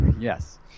yes